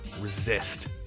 resist